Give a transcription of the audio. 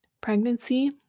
pregnancy